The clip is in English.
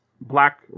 black